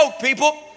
people